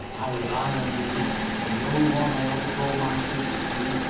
i rely on you. you're the only one i ever told my secret to,